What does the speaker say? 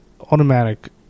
automatic